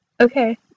Okay